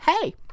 Hey